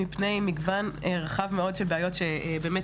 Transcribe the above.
מפני מגוון רחב מאוד של בעיות שבאמת,